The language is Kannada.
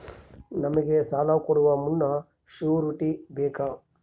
ನಮಗೆ ಸಾಲ ಕೊಡುವ ಮುನ್ನ ಶ್ಯೂರುಟಿ ಬೇಕಾ?